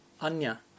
Anya